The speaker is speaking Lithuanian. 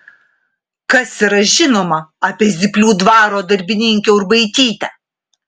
kas yra žinoma apie zyplių dvaro darbininkę urbaitytę